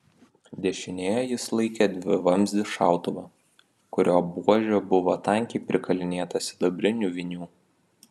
dešinėje jis laikė dvivamzdį šautuvą kurio buožė buvo tankiai prikalinėta sidabrinių vinių